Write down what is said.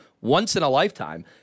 once-in-a-lifetime